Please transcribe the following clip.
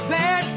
Bad